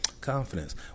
Confidence